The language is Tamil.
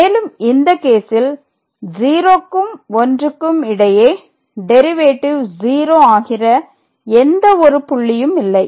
மேலும் இந்த case ல் 0 க்கும் 1 க்கும் இடையே டெரிவேட்டிவ் 0 ஆகிற எந்த ஒரு புள்ளியும் இல்லை